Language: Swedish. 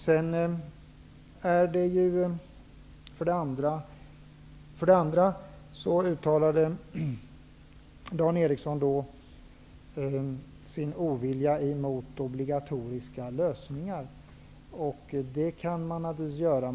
Dan Eriksson i Stockholm uttryckte sin ovilja mot obligatoriska lösningar. Det kan man naturligtvis göra.